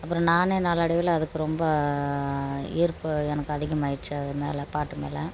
அப்புறம் நானே நாளடைவில் அதுக்கு ரொம்ப ஈர்ப்பு எனக்கு அதிகமாயிருச்சு அது மேலே பாட்டு மேலே